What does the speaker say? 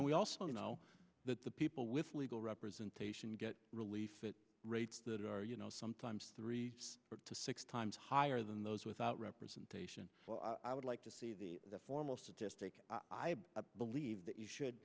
and we also know that the people with legal representation get relief that rates that are you know sometimes three to six times higher than those without representation i would like to see formal statistic i believe that you should